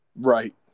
Right